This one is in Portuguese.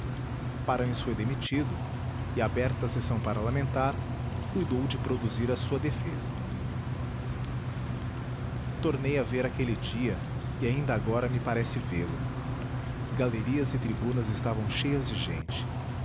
paranhos foi demitido e aberta a sessão parlamentar cuidou de produzir a sua defesa tornei a ver aquele dia e ainda agora me parece vê-lo galerias e tribunas estavam cheias de gente